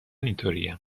اینطوریم